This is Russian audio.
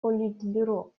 политбюро